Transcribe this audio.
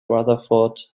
rutherford